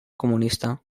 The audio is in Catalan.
comunista